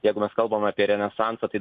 jeigu mes kalbam apie renesansą tai